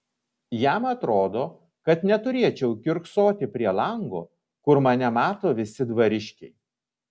jam atrodo kad neturėčiau kiurksoti prie lango kur mane mato visi dvariškiai